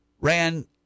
ran